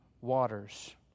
waters